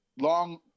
long